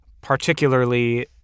particularly